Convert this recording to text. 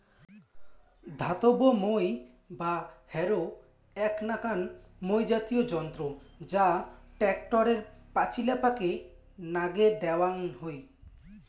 ধাতব মই বা হ্যারো এ্যাক নাকান মই জাতীয় যন্ত্র যা ট্যাক্টরের পাচিলাপাকে নাগে দ্যাওয়াং হই